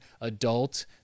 adult